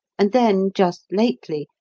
and then, just lately,